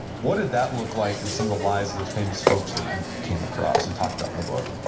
what did that look like in some of the lies of the famous folks that you came across and talked about in the book?